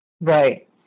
Right